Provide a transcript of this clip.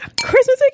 christmas